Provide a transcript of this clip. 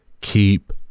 keep